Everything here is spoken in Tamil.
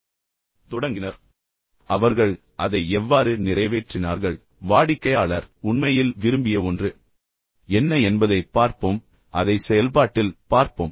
எனவே அவர்கள் அதை எவ்வாறு நிறைவேற்றினார்கள் வாடிக்கையாளர் உண்மையில் விரும்பிய ஒன்று என்ன என்பதைப் பார்ப்போம் அதை செயல்பாட்டில் பார்ப்போம்